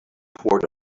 poured